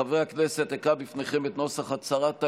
חברי הכנסת, אקרא בפניכם את נוסח הצהרת האמונים,